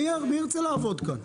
מי ירצה לעבוד כאן?